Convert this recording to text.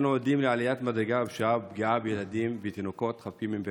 אנו עדים לעליית מדרגה בפשיעה ופגיעה בילדים ותינוקות חפים מפשע.